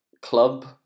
Club